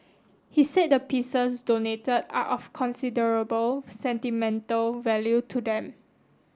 he said the pieces donated are of considerable sentimental value to them